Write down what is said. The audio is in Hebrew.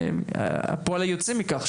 הפועל היוצא מכך,